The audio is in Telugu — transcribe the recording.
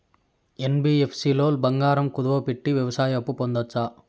యన్.బి.యఫ్.సి లో బంగారం కుదువు పెట్టి వ్యవసాయ అప్పు పొందొచ్చా?